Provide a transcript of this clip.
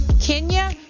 Kenya